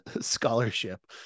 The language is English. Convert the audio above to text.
scholarship